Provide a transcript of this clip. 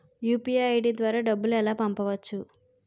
UPI ID ద్వారా డబ్బులు ఎలా పంపవచ్చు?